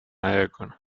ögon